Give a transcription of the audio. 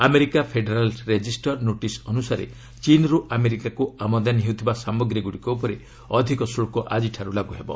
America federal register notice ଅନୁସାରେ ଚୀନ୍ରୁ ଆମେରିକାକୁ ଆମଦାନୀ ହେଉଥିବା ସାମଗ୍ରୀଗୁଡ଼ିକ ଉପରେ ଅଧିକ ଶୁଳ୍କ ଆଜିଠାରୁ ଲାଗୁହେବ